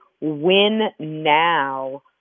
win-now